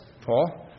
Paul